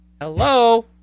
Hello